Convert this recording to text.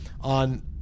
on